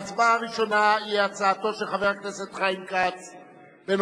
ההצבעה הראשונה היא על הצעתו של חבר כנסת חיים כץ בנושא,